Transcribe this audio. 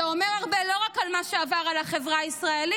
זה אומר הרבה לא רק מה שעבר על החברה הישראלית,